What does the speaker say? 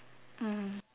mm